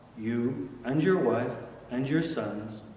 you and your wife and your sons,